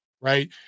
Right